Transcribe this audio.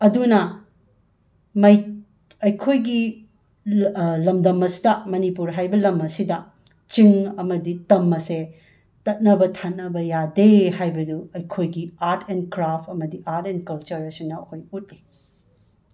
ꯑꯗꯨꯅ ꯃꯩ ꯑꯩꯈꯣꯏꯒꯤ ꯂꯝꯗꯝ ꯑꯁꯤꯗ ꯃꯅꯤꯄꯨꯔ ꯍꯥꯏꯕ ꯂꯝ ꯑꯁꯤꯗ ꯆꯤꯡ ꯑꯃꯗꯤ ꯇꯝ ꯑꯁꯦ ꯇꯠꯅꯕ ꯊꯥꯅꯕ ꯌꯥꯗꯦ ꯍꯥꯏꯕꯗꯨ ꯑꯩꯈꯣꯏꯒꯤ ꯑꯥꯔꯠ ꯑꯦꯟ ꯀ꯭ꯔꯥꯐ ꯑꯃꯗꯤ ꯑꯥꯔꯠ ꯑꯦꯟ ꯀꯜꯆꯔ ꯑꯁꯤꯅ ꯑꯩꯈꯣꯏ ꯎꯠꯂꯤ